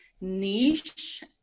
niche